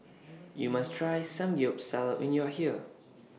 YOU must Try Samgeyopsal when YOU Are here